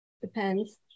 Depends